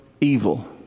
evil